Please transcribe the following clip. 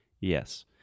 Yes